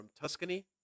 Tuscany